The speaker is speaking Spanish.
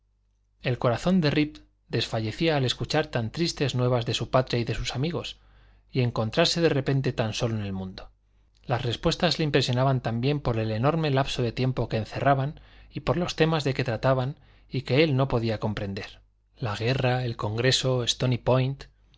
el corazón de rip desfallecía al escuchar tan tristes nuevas de su patria y de sus amigos y encontrarse de repente tan solo en el mundo las respuestas le impresionaban también por el enorme lapso de tiempo que encerraban y por los temas de que trataban y que él no podía comprender